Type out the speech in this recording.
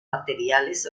materiales